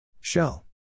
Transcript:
Shell